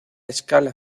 escala